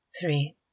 Three